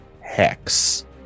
hex